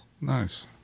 Nice